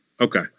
okay